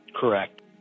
Correct